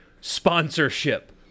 sponsorship